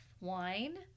wine